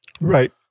Right